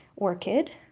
orchid,